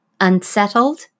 Unsettled